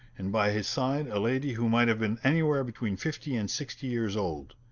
and by his side a lady who might have been anywhere between fifty and sixty years old.